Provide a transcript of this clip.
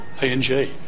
PNG